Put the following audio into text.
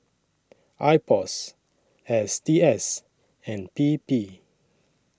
Ipos S T S and P P